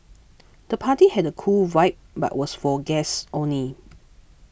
the party had a cool vibe but was for guests only